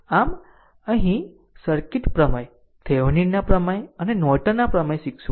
આમ અહીં સર્કિટ પ્રમેય થેવેનિન ના પ્રમેય અને નોર્ટન ના પ્રમેય શીખશે